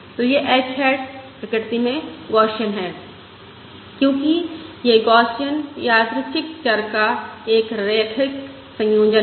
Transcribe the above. तो यह h hat प्रकृति में गौसियन है क्योंकि यह गौसियन यादृच्छिक चर का एक रैखिक संयोजन है